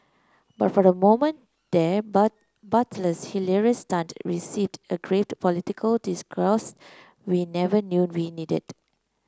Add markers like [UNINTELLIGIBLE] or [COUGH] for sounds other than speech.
but for a moment there [UNINTELLIGIBLE] Butler's hilarious stunt received a graved political discourse we never knew we needed